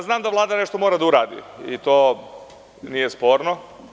Znam da Vlada nešto mora da uradi i to nije sporno.